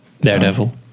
Daredevil